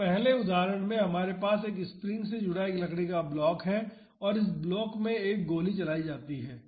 तो पहले उदाहरण में हमारे पास एक स्प्रिंग से जुड़ा एक लकड़ी का ब्लॉक है और इस ब्लॉक में एक गोली चलाई जाती है